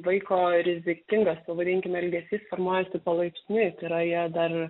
vaiko rizikingas pavadinkime elgesys formuojasi palaipsniui tai yra jie dar